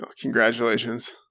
Congratulations